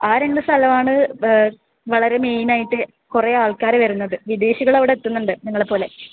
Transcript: ആ രണ്ട് സ്ഥലം ആണ് വളരെ മെയിൻ ആയിട്ട് കുറെ ആൾക്കാര് വരുന്നത് വിദേശികൾ അവിടെ എത്തുന്നുണ്ട് നിങ്ങളെ പോലെ